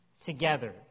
Together